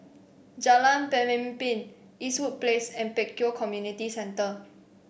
Jalan Pemimpin Eastwood Place and Pek Kio Community Centre